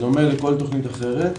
בדומה לכל תוכנית אחרת.